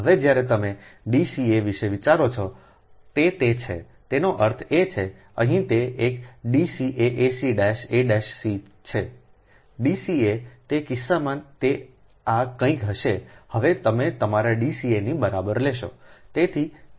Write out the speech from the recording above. હવે જ્યારે તમે D ca વિશે વિચારો છો તે તે છેતેનો અર્થ એ કે અહીં તે એક Dca ac' a'c છે D ca તે કિસ્સામાં તે આ કંઈક હશે હવે તમે તમારા Dca ને બરાબર લેશો